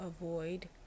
avoid